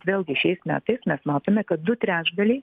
vėlgi šiais metais mes matome kad du trečdaliai